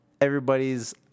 everybody's